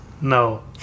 No